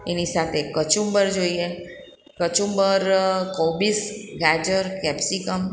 એની સાથે કચુંબર જોઈએ કચુંબર કોબીસ ગાજર કેપ્સિકમ